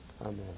Amen